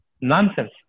nonsense